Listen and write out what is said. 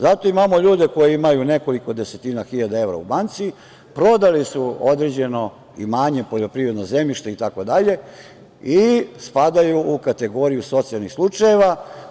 Zato imamo ljude koji imaju nekoliko desetina hiljada evra u banci, prodali su određeno imanje poljoprivredno zemljište i tako dalje, i spadaju u kategoriju socijalnih slučajev.